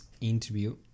interview